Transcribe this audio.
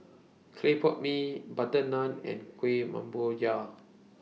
Clay Pot Mee Butter Naan and Kuih